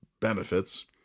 benefits